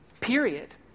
period